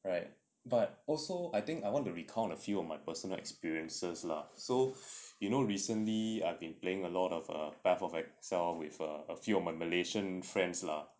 right but also I think I want to recount a few of my personal experiences lah so you know recently I've been playing a lot of a path of exile with a few of my malaysian friends lah